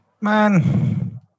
Man